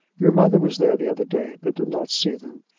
your mother was there the other day, but did not see them.